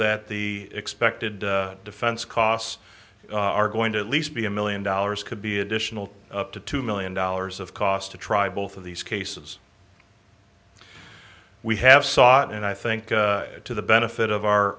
that the expected defense costs are going to at least be a million dollars could be additional up to two million dollars of cost to try both of these cases we have sought and i think to the benefit of our